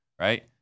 right